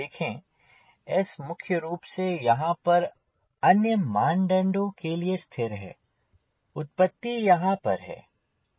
देखें S मुख्य रूप से यहाँ पर अन्य मानदंडों के लिए स्थिर है उत्पत्ति यहाँ पर है